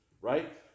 right